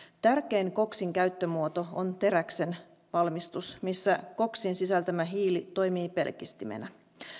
tärkein koksin käyttömuoto on teräksen valmistus missä koksin sisältämä hiili toimii pelkistimenä